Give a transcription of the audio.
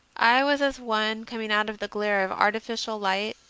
i was as one coming out of the glare of arti ficial light,